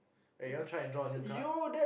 wait you want try and draw a new card